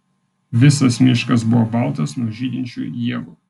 visas miškas buvo baltas nuo žydinčių ievų